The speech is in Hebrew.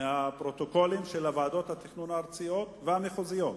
מהפרוטוקולים של ועדות התכנון הארציות והמחוזיות.